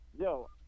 yo